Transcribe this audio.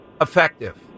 effective